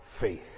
faith